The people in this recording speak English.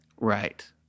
right